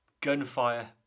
gunfire